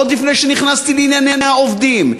ועוד לפני שנכנסתי לענייני העובדים,